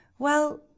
Well